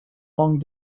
long